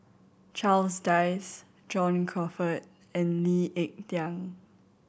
Charles Dyce John Crawfurd and Lee Ek Tieng